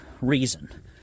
reason